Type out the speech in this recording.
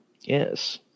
Yes